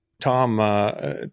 Tom